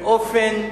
באופן בולט,